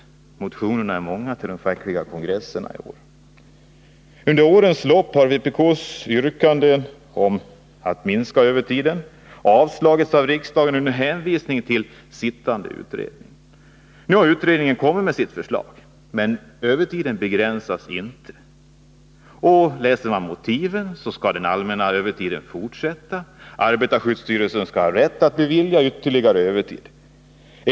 Motionerna i detta ärende är många till de fackliga kongresserna i år. Under årens lopp har vpk:s yrkanden om en minskning av övertiden avslagits av riksdagen under hänvisning till sittande utredning. Nu har utredningen kommit med sitt förslag. Men övertiden begränsas inte. Den allmänna övertiden skall fortsätta. Arbetarskyddsstyrelsen skall ha rätt att bevilja ytterligare övertid.